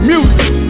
Music